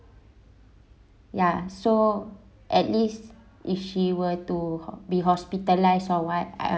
ya so at least if she were to be hospitalized or what I